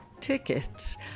Tickets